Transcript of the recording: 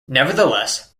nevertheless